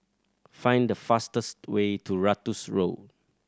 find the fastest way to Ratus Road